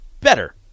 better